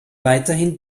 weiterhin